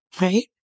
right